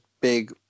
big